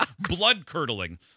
blood-curdling